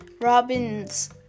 Robin's